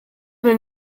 will